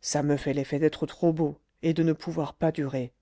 ça me fait l'effet d'être trop beau et de ne pouvoir pas durer